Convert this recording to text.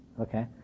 Okay